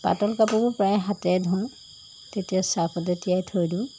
পাতল কাপোৰ প্ৰায় হাতেৰে ধোওঁ তেতিয়া ছাৰ্ফতে তিয়াই থৈ দিওঁ